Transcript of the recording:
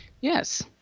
Yes